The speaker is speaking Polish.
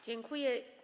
Dziękuję.